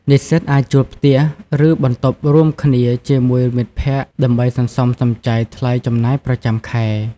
និស្សិតអាចជួលផ្ទះ ឬបន្ទប់រួមគ្នាជាមួយមិត្តភក្តិ ដើម្បីសន្សំសំចៃថ្លៃចំណាយប្រចាំខែ។